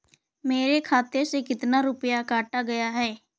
मेरे खाते से कितना रुपया काटा गया है?